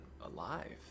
alive